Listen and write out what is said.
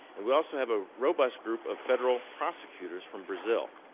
and we also have a robust group of federal prosecutors from brazil.